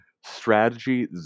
strategy